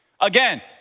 Again